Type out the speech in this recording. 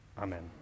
Amen